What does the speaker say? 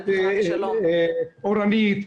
אורנית,